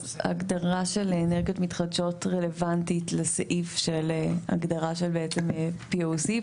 אז ההגדרה של אנרגיות מתחדשות רלוונטית לסעיף של הגדרה של בעצם POC,